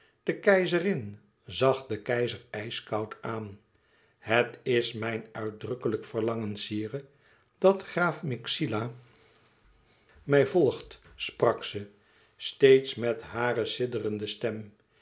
de keizerin zag den keizer ijskoud aan het is mijn uitdrukkelijk verlangen sire dat graaf myxila mij volgt sprak ze steeds met hare sidderende stem